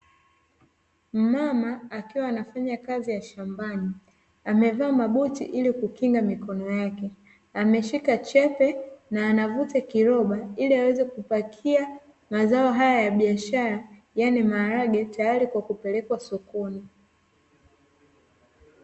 Mmama akiwa anafanya kazi ya shambani, amevaa mabuti ili kukinga mikono yake, ameshika chepe na anavuta kiroba ili aweze kupakia mazao haya ya biashara, yaani maharage tayari kwa kupelekwa sokoni.